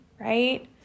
right